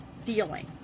feeling